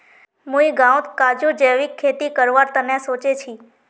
मुई गांउत काजूर जैविक खेती करवार तने सोच छि